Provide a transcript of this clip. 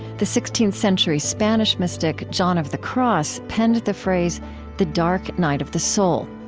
the sixteenth century spanish mystic, john of the cross, penned the phrase the dark night of the soul.